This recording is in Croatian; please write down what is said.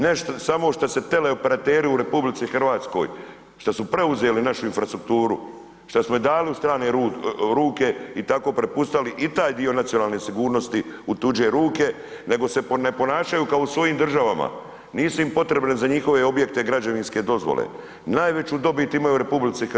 Ne samo što se teleoperateri u RH, što su preuzeli našu infrastrukturu, što smo ju dali u strane ruke i tako prepustili i taj dio nacionalne sigurnosti u tuđe ruke, nego se ne ponašaju kao u svojim državama, nisu im potrebne za njihove objekte građevinske dozvole, najveću dobit imaju u RH.